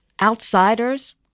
outsiders